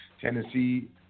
Tennessee